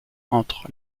entre